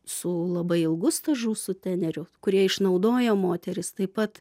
su labai ilgu stažu sutenerių kurie išnaudojo moteris taip pat